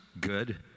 good